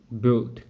built